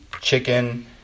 chicken